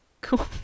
Cool